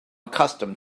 accustomed